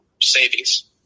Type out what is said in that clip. savings